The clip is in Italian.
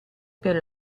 per